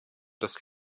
das